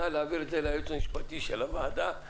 נא להעביר את זה לייעוץ המשפטי של הוועדה.